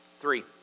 Three